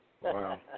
Wow